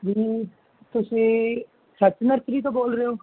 ਜੀ ਤੁਸੀਂ ਸਤ ਨਰਸਰੀ ਤੋਂ ਬੋਲ ਰਹੇ ਹੋ